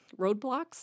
roadblocks